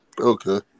Okay